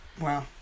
Wow